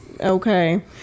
okay